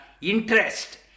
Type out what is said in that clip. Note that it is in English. interest